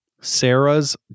Sarah's